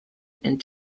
and